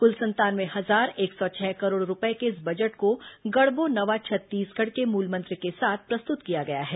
कुल संतानवे हजार एक सौ छह करोड़ रूपये के इस बजट को गढ़बो नवा छत्तीसगढ़ के मूलमंत्र के साथ प्रस्तुत किया गया है